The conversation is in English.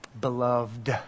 Beloved